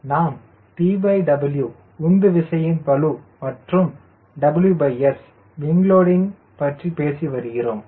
நாம் TW உந்து விசையின் பழு மற்றும் WS விங் லோடிங் பற்றி பேசி வருகிறோம்